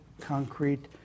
concrete